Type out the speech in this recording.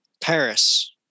Paris